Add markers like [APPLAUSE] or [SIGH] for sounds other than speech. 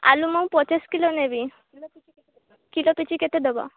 ଆଳୁ ମୁଁ ପଚାଶ କିଲୋ ନେବି କିଲୋ [UNINTELLIGIBLE] କେତେ ଦବ